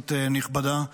כנסת נכבדה,